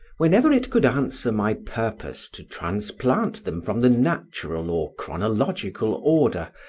whenever it could answer my purpose to transplant them from the natural or chronological order,